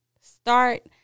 start